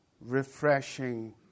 refreshing